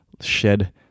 shed